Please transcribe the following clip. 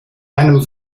einem